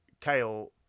kale